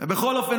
בכל אופן,